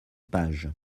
page